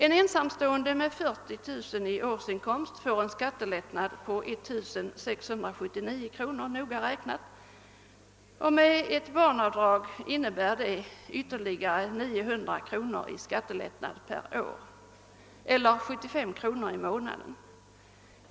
En ensamstående med 40 000 kronor 1 årsinkomst får en skattelättnad på 1679 kronor noga räknat, och ett barnavdrag innebär 900 kronor ytterligare i skattelättnad per år eller 75 kronor per månad.